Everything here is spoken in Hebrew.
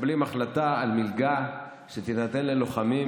מקבלים החלטה על מלגה שתינתן ללוחמים